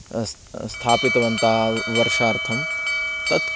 स्थापितवन्तः वर्षार्थं तत्